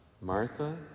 Martha